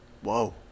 Whoa